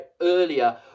earlier